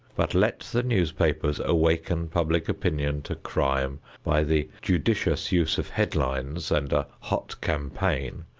but let the newspapers awaken public opinion to crime by the judicious use of headlines and a hot campaign,